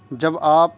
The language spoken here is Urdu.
جب آپ